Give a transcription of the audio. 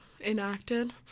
enacted